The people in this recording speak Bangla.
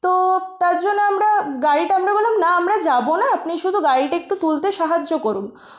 তো তার জন্য আমরা গাড়িটা আমরা বললাম না আমরা যাবো না আপনি শুধু গাড়িটা একটু তুলতে সাহায্য করুন